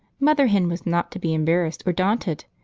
mother hen was not to be embarrassed or daunted,